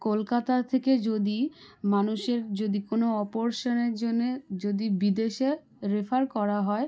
কলকাতা থেকে যদি মানুষের যদি কোনো অপরেশনের জন্যে যদি বিদেশে রেফার করা হয়